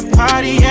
party